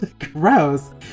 Gross